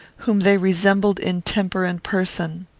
whom they resembled in temper and person.